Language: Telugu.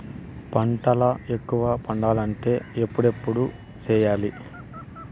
పంటల ఎక్కువగా పండాలంటే ఎప్పుడెప్పుడు సేయాలి?